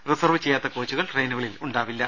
reserve ചെയ്യാത്ത കോച്ചുകൾ ട്രെയിനുകളിൽ ഉണ്ടാവില്ല